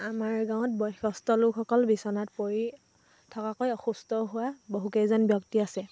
আমাৰ গাঁৱত বয়সস্থ লোকসকল বিচনাত পৰি থকাকৈ অসুস্থ হোৱা বহুকেইজন ব্যক্তি আছে